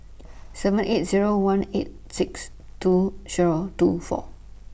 seven eight Zero one eight six two Zero two four